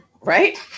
right